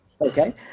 okay